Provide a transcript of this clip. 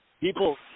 people